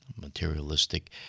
materialistic